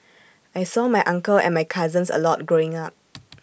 I saw my uncle and my cousins A lot growing up